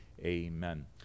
Amen